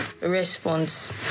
response